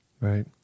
right